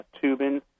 tubing